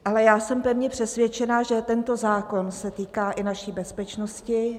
Ale já jsem pevně přesvědčena, že tento zákon se týká i naší bezpečnosti.